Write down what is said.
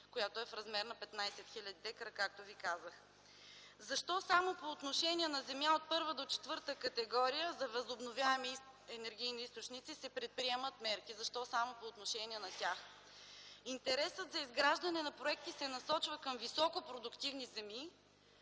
която е в размер на 15 хил. дка, както казах. Защо само по отношение на земя от първа до четвърта категория за възобновяеми енергийни източници се предприемат мерки? Интересът за изграждане на проекти се насочва към високопродуктивни земи,